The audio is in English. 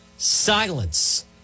silence